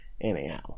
Anyhow